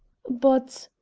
but,